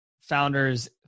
founders